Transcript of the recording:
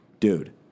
Dude